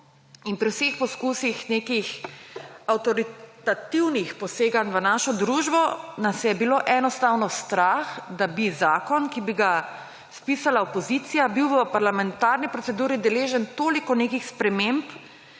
pri vseh poskusih nekih avtoritativnih poseganj v naši družbo, nas je bilo enostavno strah, da bi zakon, ki bi ga spisala opozicija, bil v parlamentarni proceduri deležen toliko nekih sprememb